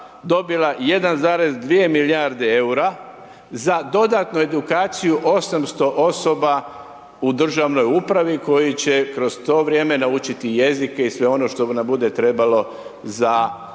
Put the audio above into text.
dobila 1,2 milijarde eura za dodatnu edukaciju 800 osoba u državnoj upravi koji će kroz to vrijeme naučiti jezike i sve ono što nam bude trebalo za